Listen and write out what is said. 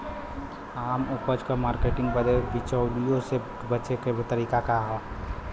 आपन उपज क मार्केटिंग बदे बिचौलियों से बचे क तरीका का ह?